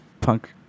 punk